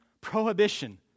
prohibition